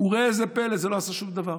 וראה זה פלא: זה לא עשה שום דבר.